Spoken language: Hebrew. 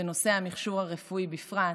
בנושא המכשור הרפואי בפרט,